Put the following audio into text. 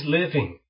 living